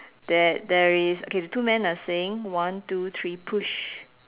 that there is okay the two men are saying one two three push